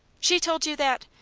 she told you that?